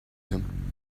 him